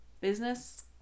business